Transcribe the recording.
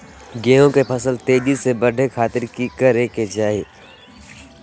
गेहूं के फसल तेजी से बढ़े खातिर की करके चाहि?